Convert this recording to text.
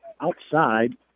outside